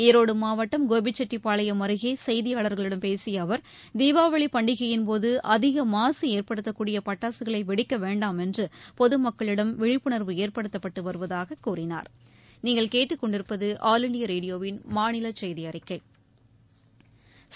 ஈரோடு மாவட்டம் கோபிச்செட்டிப்பாளையம் அருகே செய்தியாளர்களிடம் பேசிய அவர் தீபாவளி பண்டிகையின்போது அதிக மாசு ஏற்படுத்தக்கூடிய பட்டாசுகளை வெடிக்க வேண்டாம் என்று பொதுமக்களிடம் விழிப்புணா்வு ஏற்படுத்தப்பட்டு வருவதாகக் கூறினாா்